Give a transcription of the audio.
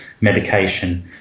medication